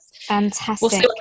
fantastic